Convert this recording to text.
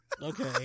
okay